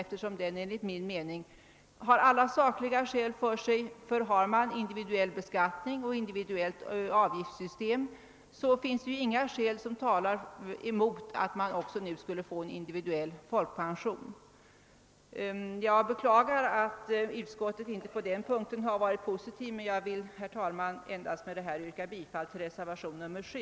Alla sakliga skäl talar enligt min mening för detta förslag; har man en individuell beskattning och ett individuellt avgiftssystem, finns det inga skäl som talar emot att man nu skulle få även en individuell folkpension. Herr talman! Jag beklagar att utskottet på den punkten inte varit positivt och vill med dessa ord yrka bifall till reservationen 7.